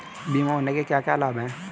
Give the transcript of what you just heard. बीमा होने के क्या क्या लाभ हैं?